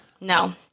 No